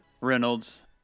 Reynolds